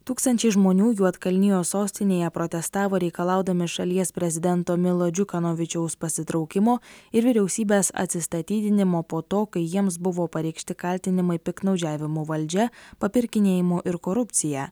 tūkstančiai žmonių juodkalnijos sostinėje protestavo reikalaudami šalies prezidento milodžiu kanovičiaus pasitraukimo ir vyriausybės atsistatydinimo po to kai jiems buvo pareikšti kaltinimai piktnaudžiavimu valdžia papirkinėjimu ir korupcija